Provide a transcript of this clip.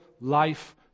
life